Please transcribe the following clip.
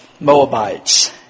Moabites